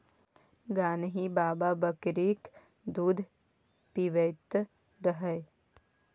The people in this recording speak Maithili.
गान्ही बाबा बकरीक दूध पीबैत रहय